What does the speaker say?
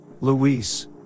Luis